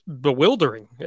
bewildering